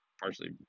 partially